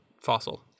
fossil